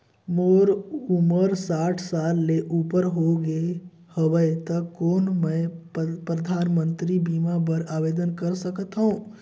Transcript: मोर उमर साठ साल ले उपर हो गे हवय त कौन मैं परधानमंतरी बीमा बर आवेदन कर सकथव?